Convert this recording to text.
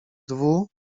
dwu